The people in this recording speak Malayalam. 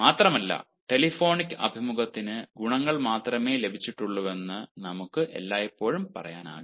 മാത്രമല്ല ടെലിഫോണിക് അഭിമുഖത്തിന് ഗുണങ്ങൾ മാത്രമേ ലഭിച്ചിട്ടുള്ളൂവെന്ന് നമുക്ക് എല്ലായ്പ്പോഴും പറയാനാവില്ല